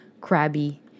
crabby